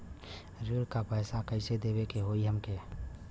ऋण का पैसा कइसे देवे के होई हमके?